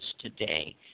today